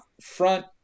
front